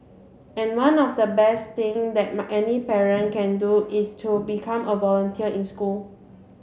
and one of the best thing that any parent can do is to become a volunteer in school